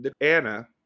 Anna